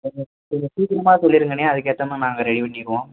கொஞ்சம் கொஞ்சம் சீக்கிரமாக சொல்லிருங்கண்ணே அதுக்கேற்றமா நாங்கள் ரெடி பண்ணிடுவோம்